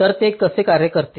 तर ते कसे कार्य करते